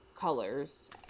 colors